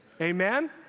Amen